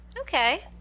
Okay